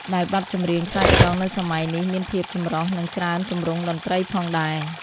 ដែលបទចម្រៀងឆ្លើយឆ្លងនៅសម័យនេះមានភាពចម្រុះនិងច្រើនទម្រង់តន្ត្រីផងដែរ។